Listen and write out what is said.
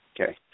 Okay